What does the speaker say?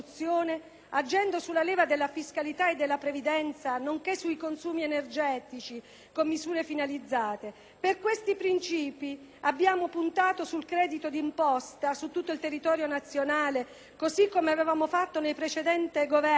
agendo sulla leva della fiscalità e della previdenza, nonché sui consumi energetici, con misure finalizzate. Per questi principi, abbiamo puntato sul credito d'imposta su tutto il territorio nazionale, così come avevamo fatto nel precedente Governo.